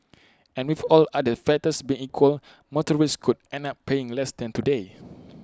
and with all other factors being equal motorists could end up paying less than today